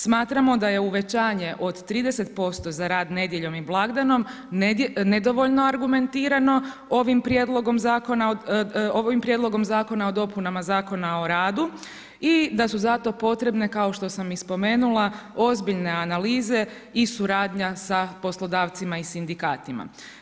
Smatramo da je uvećanje od 30% za rad nedjeljom i blagdanom nedovoljno argumentirano ovim prijedlogom zakona o dopunama Zakona o radu i da su za to potrebne kao što sam i spomenula ozbiljne analiza i suradnja sa poslodavcima i sindikatima.